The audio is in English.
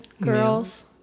Girls